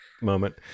moment